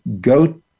go